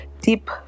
deep